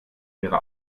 ihre